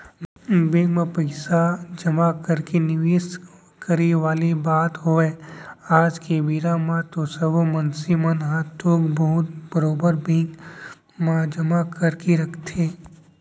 bank म पइसा जमा करके निवेस करे वाले बात होवय आज के बेरा म तो सबे मनसे मन ह थोक बहुत बरोबर बेंक म जमा करके रखथे